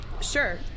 sure